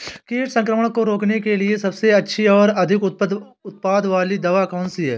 कीट संक्रमण को रोकने के लिए सबसे अच्छी और अधिक उत्पाद वाली दवा कौन सी है?